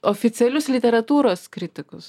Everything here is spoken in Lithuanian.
oficialius literatūros kritikus